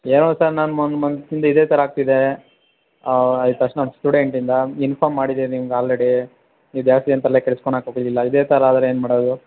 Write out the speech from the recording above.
ಏನೋ ಸರ್ ನಾನು ಒನ್ ಮಂತಿಂದ ಇದೇ ಥರ ಆಗ್ತಿದೆ ಸ್ಟೂಡೆಂಟಿಂದ ಇನ್ಫಾರ್ಮ್ ಮಾಡಿದೆ ನಿಮ್ಗಾಲ್ರೆಡಿ ನೀವು ಜಾಸ್ತಿ ಏನು ತಲೆ ಕೆಡ್ಸ್ಕೊಳಕ್ಕೆ ಹೋಗಲಿಲ್ಲ ಇದೆ ಥರ ಆದರೇನು ಮಾಡೋದು